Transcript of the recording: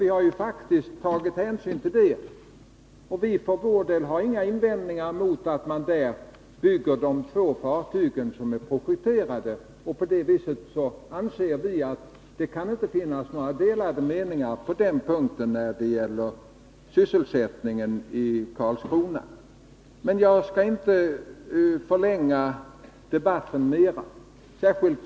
Men vi har faktiskt tagit hänsyn till det. Vi har för vår del inga invändningar mot att de två projekterade fartygen byggs vid Karlskronavarvet. Vi anser därför att det inte finns några delade meningar när det gäller sysselsättningen i Karlskrona. Jagskall inte förlänga den här debatten.